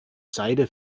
seide